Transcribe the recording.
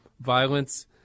violence